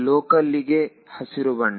ಲೋಕಲ್ಲಿಗೆ ಹಸಿರು ಬಣ್ಣ